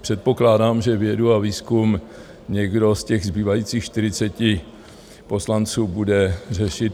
Předpokládám, že vědu a výzkum někdo z těch zbývajících 40 poslanců bude řešit.